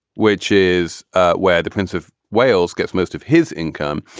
which is ah where the prince of wales gets most of his income,